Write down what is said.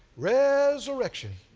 resurrection.